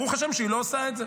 ברוך השם שהיא לא עושה את זה,